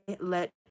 let